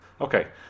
okay